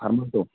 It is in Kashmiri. حمد ہو